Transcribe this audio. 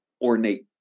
Ornate